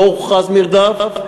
לא הוכרז מרדף,